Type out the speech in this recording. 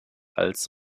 als